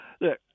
Look